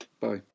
Bye